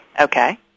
Okay